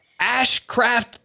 Ashcraft